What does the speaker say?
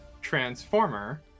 transformer